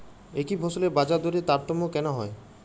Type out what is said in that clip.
একই ফসলের বাজারদরে তারতম্য কেন হয়?